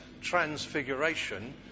transfiguration